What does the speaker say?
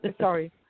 Sorry